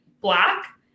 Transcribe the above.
black